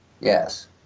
Yes